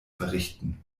verrichten